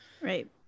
right